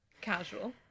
Casual